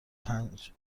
پنج